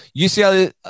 UCLA